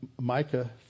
Micah